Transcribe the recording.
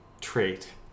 trait